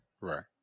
Right